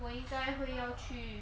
我应该会要去